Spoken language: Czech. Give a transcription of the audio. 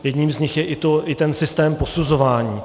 Jedním z nich je i ten systém posuzování.